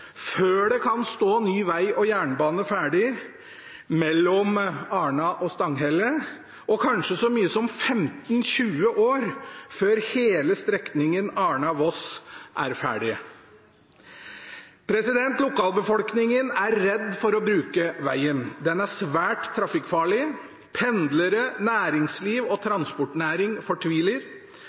før det kan stå ny veg og jernbane ferdig mellom Arna og Stanghelle, og kanskje så mye som 15–20 år før hele strekningen Arna–Voss er ferdig. Lokalbefolkningen er redd for å bruke veien. Den er svært trafikkfarlig. Pendlere, næringsliv og transportnæring fortviler.